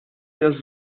der